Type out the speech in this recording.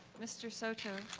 mr. soto?